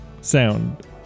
Sound